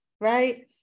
right